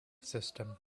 system